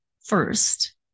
first